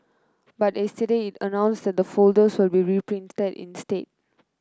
but yesterday it announced that the folders will be reprinted instead